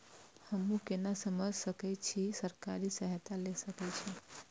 हमू केना समझ सके छी की सरकारी सहायता ले सके छी?